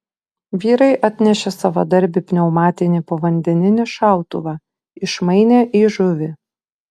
vyrai atnešė savadarbį pneumatinį povandeninį šautuvą išmainė į žuvį